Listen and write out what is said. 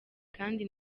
kandi